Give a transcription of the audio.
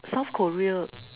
South Korea